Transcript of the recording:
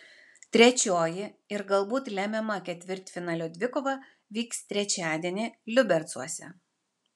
trečioji ir galbūt lemiama ketvirtfinalio dvikova vyks trečiadienį liubercuose